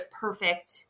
perfect